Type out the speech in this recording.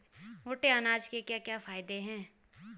मोटे अनाज के क्या क्या फायदे हैं?